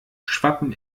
schwappen